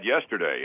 yesterday